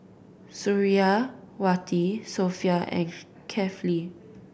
Suriawati Sofea and Kefli